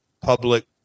public